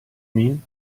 mean